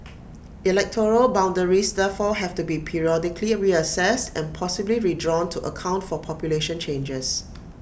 electoral boundaries therefore have to be periodically reassessed and possibly redrawn to account for population changes